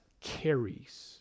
carries